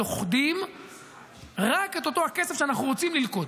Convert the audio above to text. לוכדים רק את אותו הכסף שאנחנו רוצים ללכוד.